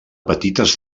petites